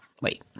wait